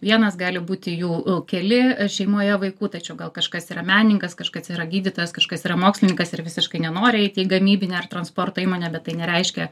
vienas gali būti jų u keli šeimoje vaikų tačiau gal kažkas yra menininkas kažkas yra gydytojas kažkas yra mokslininkas ir visiškai nenori eiti į gamybinę ar transporto įmonę bet tai nereiškia